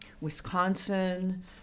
Wisconsin